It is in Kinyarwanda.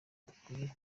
idakwiye